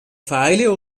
feile